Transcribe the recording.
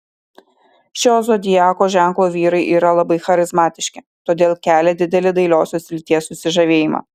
šio zodiako ženklo vyrai yra labai charizmatiški todėl kelia didelį dailiosios lyties susižavėjimą